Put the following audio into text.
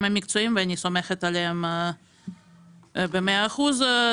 המקצועיים ואני סומכת עליהם במאה אחוז.